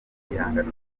igihangano